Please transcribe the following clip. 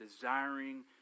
desiring